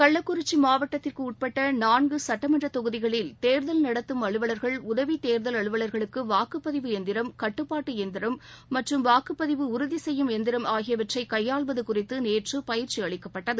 கள்ளக்குறிச்சிமாவட்டத்திற்குஉட்பட்டநான்குசட்டமன்றதொகுதிகளில் தேர்தல் நடத்தும் அலுவலர்கள் உதவித் தேர்தல் அலுவலர்களுக்குவாக்குப்பதிவு எந்திரம் கட்டுப்பாட்டுஎந்திரம் மற்றும் வாக்குப்பதிவு உறுதிசெய்யும் எந்திரம் ஆகியவற்றைகையாள்வதுகுறித்துநேற்றுபயிற்சிஅளிக்கப்பட்டது